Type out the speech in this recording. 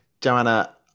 Joanna